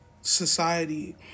society